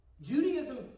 Judaism